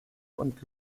und